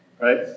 right